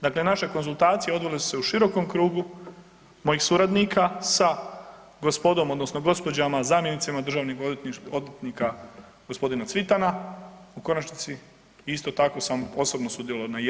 Dakle, naše konzultacije odvile su se u širokom krugu mojih suradnika sa gospodom odnosno gospođama zamjenicima državnih odvjetnika gospodina Cvitana u konačnici i isto tako sam osobno sudjelovao na jednom